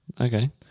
Okay